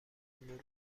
مرور